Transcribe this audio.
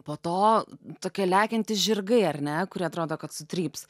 po to tokie lekiantys žirgai ar ne kurie atrodo kad sutryps